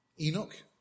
Enoch